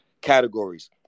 categories